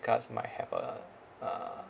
cards might have a a